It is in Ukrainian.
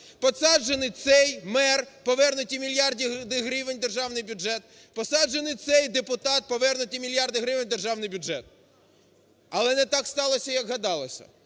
Посаджений цей мер, повернуті мільярди гривень в державний бюджет. Посаджений цей депутат, повернуті мільярди гривень в державний бюджет". Але не так сталося, як гадалося.